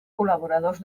col·laboradors